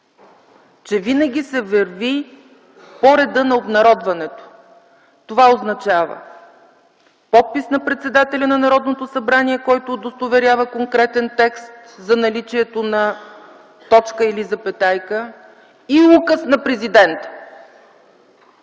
че винаги се върви по реда на обнародването. Това означава: подпис на председателя на Народното събрание, който удостоверява конкретен текст за наличието на точка или на запетайка и указ на президента.